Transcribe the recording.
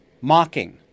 mocking